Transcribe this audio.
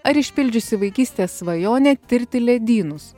ar išpildžiusi vaikystės svajonę tirti ledynus